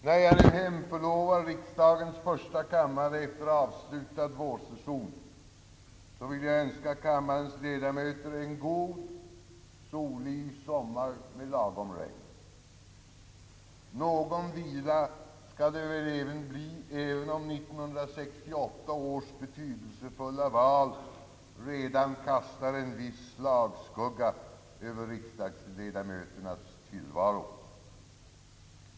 När jag nu hemförlovar riksdagens första kammare efter avslutad vårsession vill jag önska kammarens ledamöter en god, solig sommar med lagom regn. Någon vila skall det väl bli även om 1968 års betydelsefulla val redan kastar sin slagskugga över riksdagsledamöternas tillvaro.